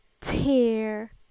tear